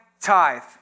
tithe